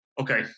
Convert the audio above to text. Okay